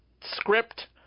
script